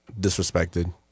disrespected